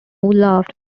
loft